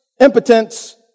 impotence